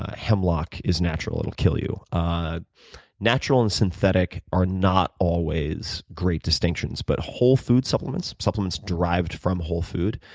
ah hemlock is natural and it will kill you. ah natural and synthetic are not always great distinctions. but whole food supplements, supplements derived from whole food,